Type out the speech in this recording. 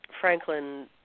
Franklin